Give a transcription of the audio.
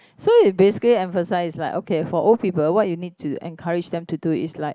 so you basically emphasise like okay for old people what you need to encourage them to do is like